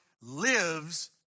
lives